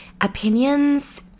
Opinions